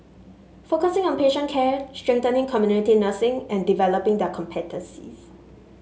focusing on patient care strengthening community nursing and developing their competencies